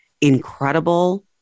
incredible